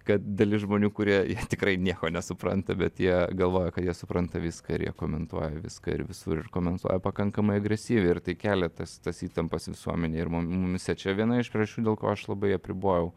kad dalis žmonių kurie tikrai nieko nesupranta bet jie galvoja kad jie supranta viską ir jie komenduoja viską ir visur ir komentuoja pakankamai agresyviai ir tai kelia tas tas įtampas visuomenėj ir mu mumyse čia viena iš priežasčių dėl ko aš labai apribojau